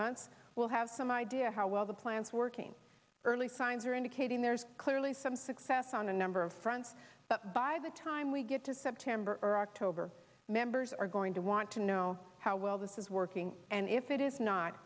months we'll have some idea how well the plans working early signs are indicating there's clearly some success on a number of fronts but by the time we get to september october members are going to want to know how well this is working and if it is not